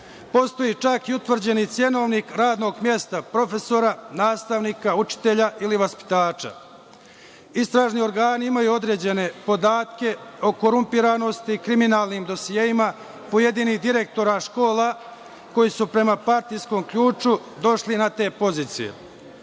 Postoji čak i utvrđeni cenovnik radnog mesta profesora, nastavnika, učitelja ili vaspitača. Istražni organi imaju određene podatke o korumpiranosti i kriminalnim dosijeima pojedinih direktora škola koji su prema partijskom ključu došli na te pozicije.